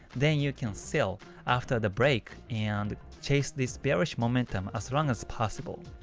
then you can sell after the break and chase this bearish momentum as long as possible.